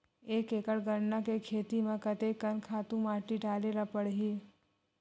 एक एकड़ गन्ना के खेती म कते कन खातु माटी डाले ल पड़ही?